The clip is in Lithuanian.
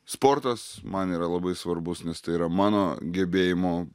sportas man yra labai svarbus nes tai yra mano gebėjimo